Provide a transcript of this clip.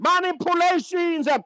manipulations